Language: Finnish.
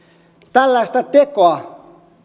tällaista tekoa